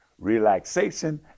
relaxation